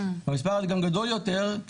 המספר הזה גם גדול יותר,